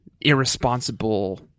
irresponsible